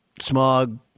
Smog